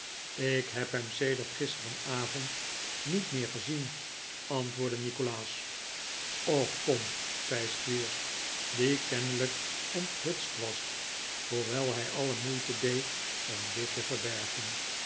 ik heb hem sedert gisterenavond niet meer gezien antwoordde nikolaas och kom zei squeers die kennelijk onthutst was hoewel hij alle moeite deed om dit te verbergen